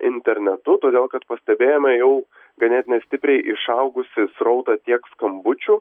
internetu todėl kad pastebėjome jau ganėtinai stipriai išaugusį srautą tiek skambučių